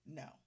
no